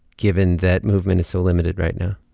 given that movement is so limited right now?